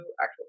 actual